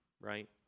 right